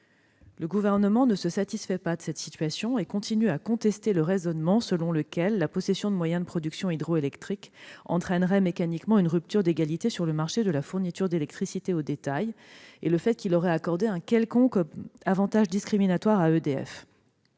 Le Gouvernement ne se satisfait pas de cette situation, et continue à contester le raisonnement selon lequel la possession de moyens de production hydroélectrique entraînerait mécaniquement une rupture d'égalité sur le marché de la fourniture d'électricité au détail et le fait qu'il aurait accordé un quelconque avantage discriminatoire à EDF.